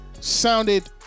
sounded